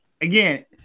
again